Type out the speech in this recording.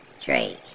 Drake